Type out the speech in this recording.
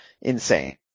insane